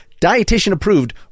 dietitian-approved